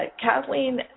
Kathleen